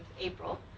April